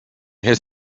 his